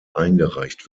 eingereicht